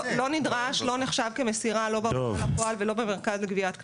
לא נחשב כמסירה לא בהוצאה לפועל ולא במרכז לגביית קנסות.